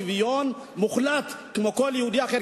שוויון מוחלט כמו לכל יהודי אחר,